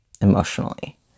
emotionally